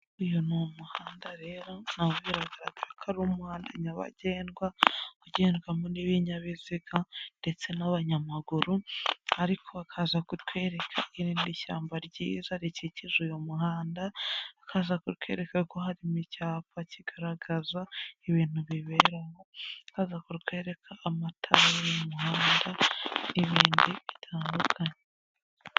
Uyu ni umuhanda rero, nta biragaragara ko ari nyabagendwa, ugendwamo n'ibinyabiziga ndetse n'abanyamaguru, ariko bakaza kutwereka irindi shyamba ryiza rikikije uyu muhanda, bakaza kukwereka ko harimo icyapa kigaragaza ibintu biberamo, bakaza kukwereka amatara yo mu muhanda n'ibindi bitandukanye.